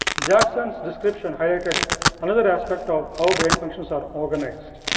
jackson's description highlighted another aspect of how brain functions are organized,